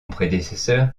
prédécesseur